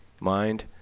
Mind